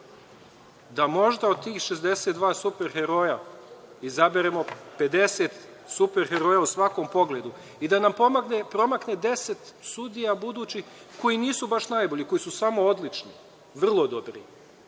da možda od tih 62 super heroja izaberemo 50 super heroja u svakom pogledu i da nam promakne 10 sudija budućih koji nisu baš najbolji, koji su samo odlični, vrlo dobro,